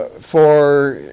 for,